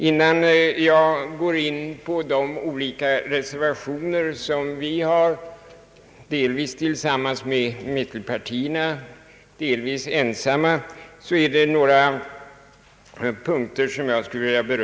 Innan jag går in på de olika reservationer som vi har framfört — delvis tillsamman med mittpartierna, delvis ensamma — skulle jag vilja beröra några särskilda punkter.